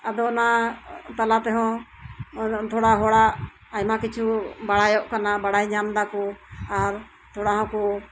ᱟᱫᱚ ᱚᱱᱟ ᱛᱟᱞᱟ ᱛᱮᱦᱚᱸ ᱛᱷᱚᱲᱟ ᱦᱚᱲᱟᱜ ᱟᱭᱢᱟ ᱠᱤᱪᱷᱩ ᱵᱟᱲᱟᱭᱚᱜ ᱠᱟᱱᱟ ᱵᱟᱲᱟᱭ ᱧᱟᱢ ᱫᱟᱠᱚ ᱟᱨ ᱛᱷᱚᱲᱟ ᱦᱚᱸᱠᱚ